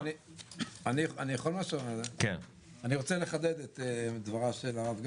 אני רוצה לחדד את דבריו של הרב גפני.